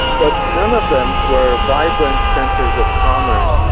but none of them were vibrant centres of commerce.